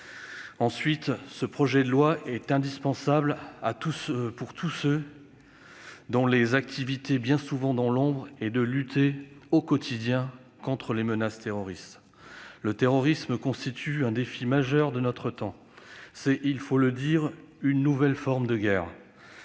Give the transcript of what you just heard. Ensuite, ce projet de loi est indispensable à tous ceux dont l'activité, bien souvent dans l'ombre, est de lutter au quotidien contre la menace terroriste. Le terrorisme constitue un défi majeur de notre temps. C'est- il faut le dire -une nouvelle forme de guerre.